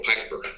piper